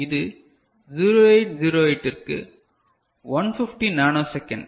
இது 0808 ற்கு 150 நானோ செகண்ட்